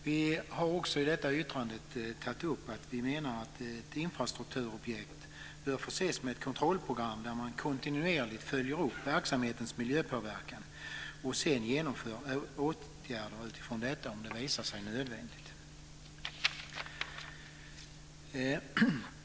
Vi har i detta särskilda yttrande tagit upp att ett infrastrukturobjekt bör förses med ett kontrollprogram där man kontinuerligt följer upp verksamhetens miljöpåverkan och sedan vidtar åtgärder utifrån detta om det visar sig nödvändigt.